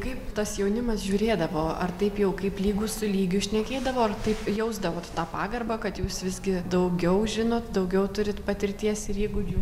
kaip tas jaunimas žiūrėdavo ar taip jau kaip lygus su lygiu šnekėdavo ar taip jausdavot tą pagarbą kad jūs visgi daugiau žinot daugiau turit patirties ir įgūdžių